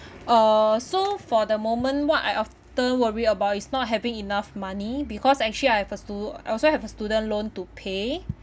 uh so for the moment what I often worry about is not having enough money because actually I pursue I also have a student loan to pay